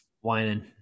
whining